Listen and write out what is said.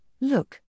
look